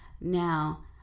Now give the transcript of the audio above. Now